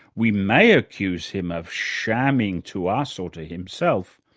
we may accuse him of shamming to us or to himself,